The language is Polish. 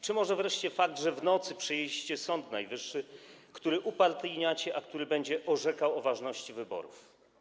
Czy może wreszcie fakt, że w nocy przejęliście Sąd Najwyższy, który upartyjniacie, a który będzie orzekał o ważności wyborów?